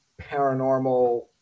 paranormal